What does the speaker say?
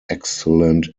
excellent